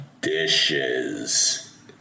dishes